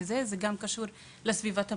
אלא זה קשור גם לסביבת המזון.